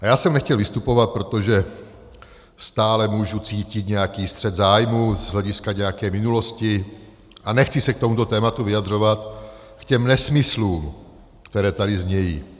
Já jsem nechtěl vystupovat, protože stále můžu cítit nějaký střet zájmů z hlediska nějaké minulosti a nechci se k tomuto tématu vyjadřovat, k těm nesmyslům, které tady znějí.